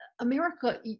America